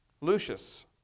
Lucius